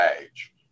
age